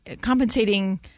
compensating